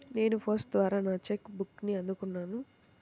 నేను పోస్ట్ ద్వారా నా చెక్ బుక్ని అందుకున్నాను